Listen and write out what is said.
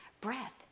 breath